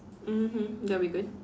mmhmm that'll be good